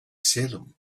salem